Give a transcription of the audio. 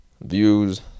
views